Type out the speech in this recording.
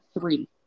three